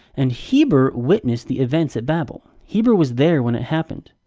and heber witnessed the events at babel. heber was there when it happened.